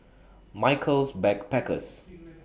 Michaels Backpackers